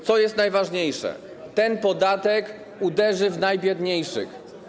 Co najważniejsze, ten podatek uderzy w najbiedniejszych.